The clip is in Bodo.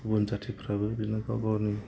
गुबुन जाथिफ्राबो बिदिनो गाव गावनि